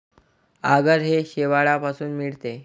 आगर हे शेवाळापासून मिळते